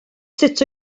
sut